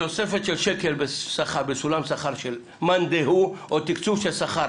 תוספת של שקל בסולם שכר של מאן דהוא או תקצוב של שכר